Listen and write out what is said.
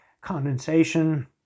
condensation